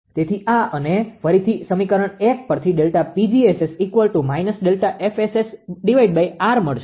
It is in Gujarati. તેથી આ અને ફરીથી સમીકરણ 1 પરથી Δ𝑃𝑔𝑆𝑆−ΔFSSR મળશે